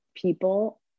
people